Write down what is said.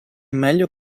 meglio